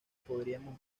podríamos